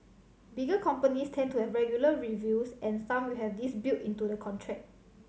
bigger companies tend to have regular reviews and some will have this built into the contract